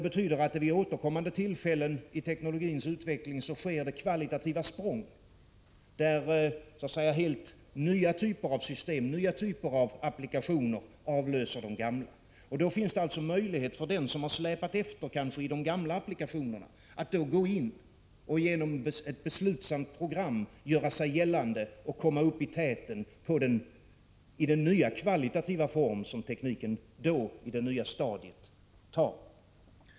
Vid återkommande tillfällen i teknologins utveckling sker det kvalitativa språng, där helt nya typer av system och applikationer avlöser de gamla. Då finns det alltså möjlighet för dem som kanske har släpat efter i de gamla applikationerna att gå in och genom ett beslutsamt program göra sig gällande och komma i täten i den nya kvalitativa form som tekniken i det nya stadiet tar.